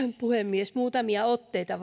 puhemies muutamia otteita